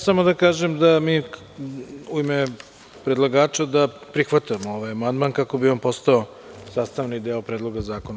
Samo da kažem u ime predlagača da prihvatam ovaj amandman, kako bi on postao sastavni deo Predloga zakona.